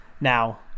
Now